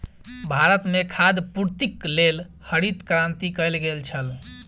भारत में खाद्य पूर्तिक लेल हरित क्रांति कयल गेल छल